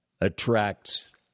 attracts